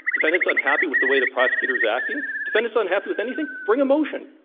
defendants unhappy with the way the prosecutor's acting? defendants unhappy with anything? bring a motion.